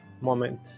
moment